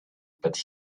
but